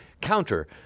counter